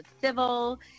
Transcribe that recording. civil